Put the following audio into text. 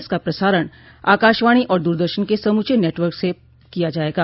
इसका प्रसारण आकाशवाणी और दूरदर्शन के समूचे नेटवर्क से किया जाएगा